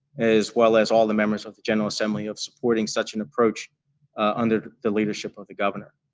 as well as all the members of the general assembly of supporting such an approach under the leadership of the governor.